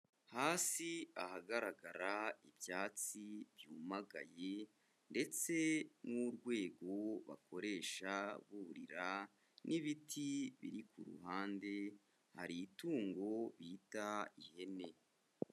Hasi ahagaragara ibyatsi byumagaye ndetse n'urwego bakoresha burira n'ibiti biri ku ruhande, hari itungo bita ihene.